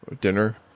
dinner